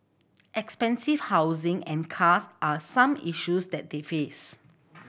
expensive housing and cars are some issues that they face